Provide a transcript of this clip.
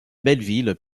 belleville